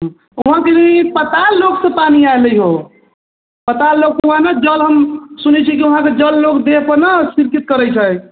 उहाँ की पताल लोकसँ पानी आयल हइ हौ पताल लोक उहाँ ने जल हम सुनै छियै कि उहाँके जल लोक देहपर नहि छिड़कित करै छै